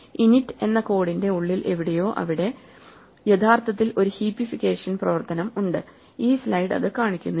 Init എന്ന കോഡിന്റെ ഉള്ളിൽ എവിടെയോ അവിടെ യഥാർത്ഥത്തിൽ ഒരു ഹീപ്പിഫികേഷൻ പ്രവർത്തനം ഉണ്ട് ഈ സ്ലൈഡ് അത് കാണിക്കുന്നില്ല